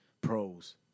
pros